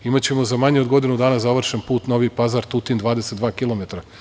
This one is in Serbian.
Imaćemo za manje od godinu dana završen put Novi Pazar - Tutin 22 kilometara.